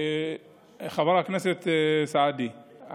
חבר הכנסת סעדי,